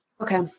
Okay